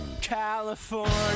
California